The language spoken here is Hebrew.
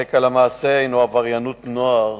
הרקע למעשה הינו עבריינות נוער